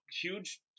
huge